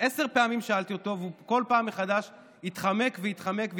עשר פעמים שאלתי אותו וכל פעם מחדש הוא התחמק והתחמק והתחמק,